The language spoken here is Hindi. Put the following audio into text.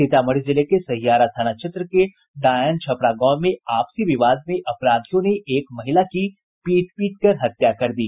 सीतामढ़ी जिले के सहियारा थाना क्षेत्र के डायन छपरा गांव में आपसी विवाद में अपराधियों ने एक महिला की पीट पीट कर हत्या कर दी